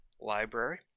library